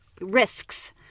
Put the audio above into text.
risks